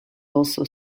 also